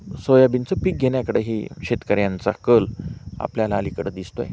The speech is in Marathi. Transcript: सोयाबीनचं पीक घेण्याकडेही शेतकऱ्यांचा कल आपल्याला अलीकडं दिसतो आहे